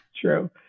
True